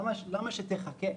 למה שתחכה?